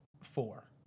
four